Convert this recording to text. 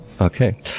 Okay